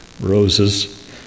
roses